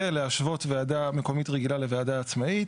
להשוות ועדה מקומית רגילה לוועדה עצמאית,